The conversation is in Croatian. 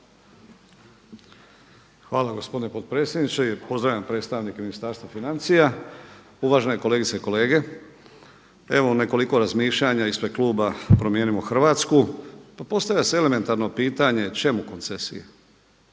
vam gospodine potpredsjedniče. Pozdravljam predstavnike Ministarstva financija. Uvažene kolegice i kolege. Evo nekoliko razmišljanja ispred kluba Promijenimo Hrvatsku. Pa postavlja se elementarno pitanje čemu koncesije?